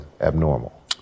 abnormal